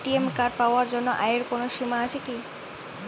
ATM card পাওয়ার জন্য আয়ের কোনো সীমা আছে কি?